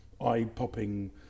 eye-popping